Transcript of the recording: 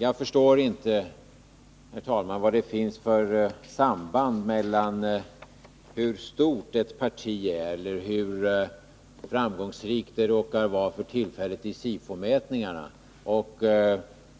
Jag förstår inte, herr talman, vad det finns för samband mellan hur stort ett parti är eller hur framgångsrikt det för tillfället råkar vara vid SIFO-mätningarna och